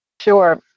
Sure